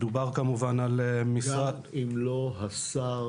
מדובר כמובן --- מי שמינה